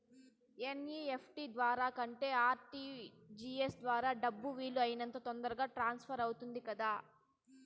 NEFT ద్వారా కంటే RTGS ద్వారా డబ్బు వీలు అయినంత తొందరగా ట్రాన్స్ఫర్ అవుతుంది కదా